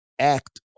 Act